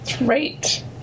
Right